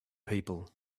people